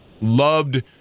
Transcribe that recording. loved